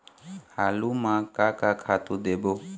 आलू म का का खातू देबो?